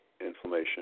inflammation